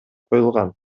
коюлган